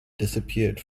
disappeared